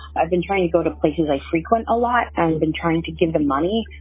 i've been trying to go to places i frequent a lot. i've been trying to give the money.